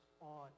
on